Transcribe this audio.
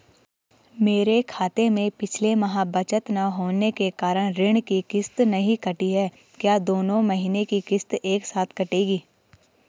मेरे खाते में पिछले माह बचत न होने के कारण ऋण की किश्त नहीं कटी है क्या दोनों महीने की किश्त एक साथ कटेगी?